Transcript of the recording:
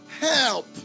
help